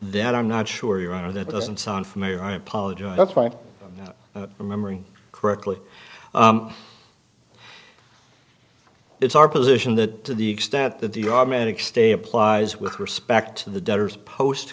that i'm not sure your honor that doesn't sound familiar i apologize that's why i'm not remembering correctly it's our position that to the extent that the automatic stay applies with respect to the debtors post